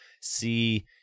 see